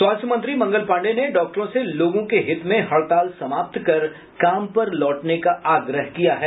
स्वास्थ्य मंत्री मंगल पांडेय ने डॉक्टरों से लोगों के हित में हड़ताल समाप्त कर काम पर लौटने का आग्रह किया है